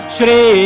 Shri